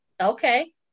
Okay